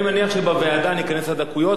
אני מניח שבוועדה ניכנס לדקויות,